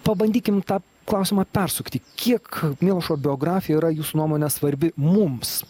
pabandykim tą klausimą persukti kiek milošo biografija yra jūsų nuomone svarbi mums